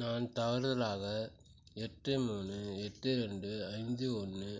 நான் தவறுதலாக எட்டு மூணு எட்டு ரெண்டு அஞ்சு ஒன்று